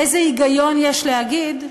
איזה היגיון יש להגיד: